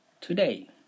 Today